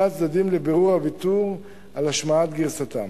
הצדדים לבירור הוויתור על השמעת גרסתם.